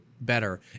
better